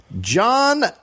John